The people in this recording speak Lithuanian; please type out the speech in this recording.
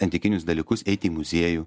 antikinius dalykus eiti į muziejų